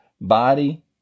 Body